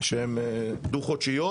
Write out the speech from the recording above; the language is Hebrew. שהן דו-חודשיות,